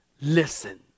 Listen